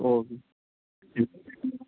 okay thank you